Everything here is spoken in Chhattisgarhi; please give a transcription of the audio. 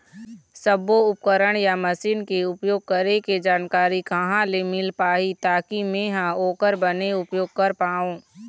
सब्बो उपकरण या मशीन के उपयोग करें के जानकारी कहा ले मील पाही ताकि मे हा ओकर बने उपयोग कर पाओ?